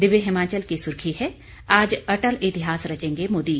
दिव्य हिमाचल की सुर्खी है आज अटल इतिहास रचेंगे मोदी